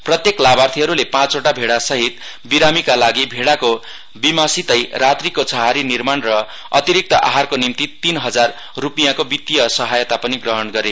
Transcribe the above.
प्रत्येक लाभार्थीहरूले पाँचवटा भैड़ासहित बिमारका लागि भैड़ाको वीमासितै रात्रीको छाहारी निर्माण र अतिरिक्त आहारको निम्ति तीन हजार रूपियाँको वित्तीय सहायता पनि ग्रहण गरे